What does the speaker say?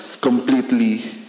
completely